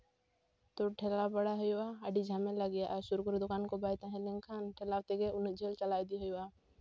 ᱛᱚ ᱴᱷᱮᱞᱟᱣ ᱵᱟᱲᱟ ᱦᱩᱭᱩᱜᱼᱟ ᱟᱹᱰᱤ ᱡᱷᱟᱢᱮᱞᱟ ᱜᱮᱭᱟ ᱟᱨ ᱥᱩᱨ ᱠᱚᱨᱮᱜ ᱫᱳᱠᱟᱱ ᱠᱚ ᱵᱟᱭ ᱛᱟᱦᱮᱸ ᱞᱮᱱᱠᱷᱟᱱ ᱴᱷᱮᱞᱟᱣ ᱛᱮᱜᱮ ᱩᱱᱟᱹᱜ ᱡᱷᱟᱹᱞ ᱪᱟᱞᱟᱜ ᱦᱩᱭᱩᱜᱼᱟ